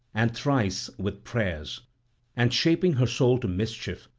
and thrice with prayers and, shaping her soul to mischief,